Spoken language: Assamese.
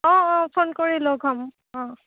অঁ অঁ ফোন কৰি লগ হম